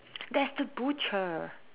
that's the butcher